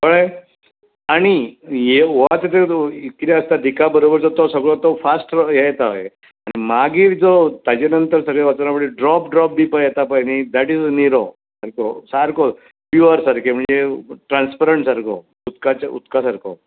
कळ्ळें आनी ये कितें जाता दिका बरोबर तो सगळो फास्ट हें येता हय आनी मागीर जो ताचे नंतर सगळें वचना फुडें ड्रॉप ड्रॉप बी पळय बी ये येता पळय न्ही डॅट इज निरो सारको सारको प्यूर सारकें म्हणजें ट्रांसपरंट सारको उदकाच्या उदका सारको